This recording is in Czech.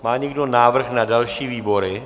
Má někdo návrh na další výbory?